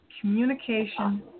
Communication